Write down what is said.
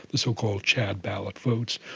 the so-called chad ballot votes,